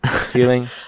feeling